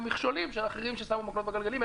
מכשולים של אחרים ששמו מקלות בגלגלים.